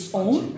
own